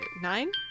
nine